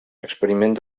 experiment